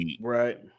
Right